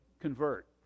convert